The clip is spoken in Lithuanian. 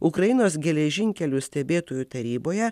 ukrainos geležinkelių stebėtojų taryboje